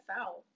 out